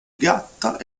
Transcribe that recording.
gatta